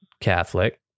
Catholic